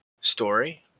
story